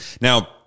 now